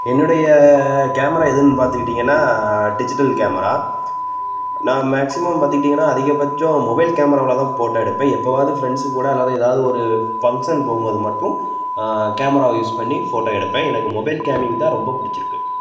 என்னுடைய கேமரா எதுன்னு பார்த்துக்கிட்டிங்கன்னா டிஜிட்டல் கேமரா நான் மேக்ஸிமம் பார்த்துக்கிட்டிங்கன்னா அதிகப்பட்சம் மொபைல் கேமராவில் தான் போட்டால் எடுப்பேன் எப்போவாது ஃப்ரெண்ட்ஸு கூட அல்லது எதாவது ஒரு ஃபங்க்ஷன் போகும் போது மட்டும் கேமராவை யூஸ் பண்ணி ஃபோட்டால் எடுப்பேன் எனக்கு மொபைல் கேமிங் தான் ரொம்ப பிடிச்சிருக்கு